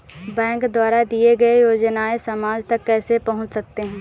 Bank द्वारा दिए गए योजनाएँ समाज तक कैसे पहुँच सकते हैं?